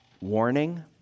warning